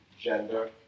gender